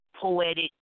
poetic